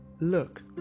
Look